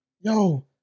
yo